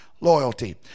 loyalty